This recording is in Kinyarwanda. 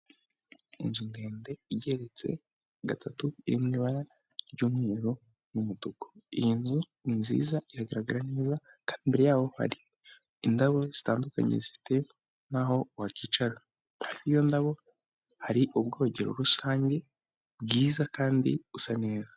Inzu ndende igeretse gatatu, iri mu ibara ry'umweru n'umutuku, iyi nzu ni nziza, iragaragara neza kandi imbere yaho hari indabo zitandukanye zifite naho wakicara, hafi y'indabo hari ubwogero rusange bwiza kandi busa neza.